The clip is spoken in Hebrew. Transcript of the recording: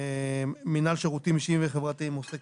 מינהל שירותים אישיים וחברתיים עוסק